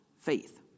faith